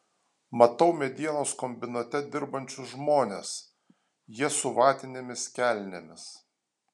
matau medienos kombinate dirbančius žmones jie su vatinėmis kelnėmis